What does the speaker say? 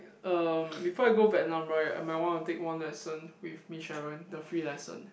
um before I go Vietnam right I might want to take one lesson with Miss Sharon the free lesson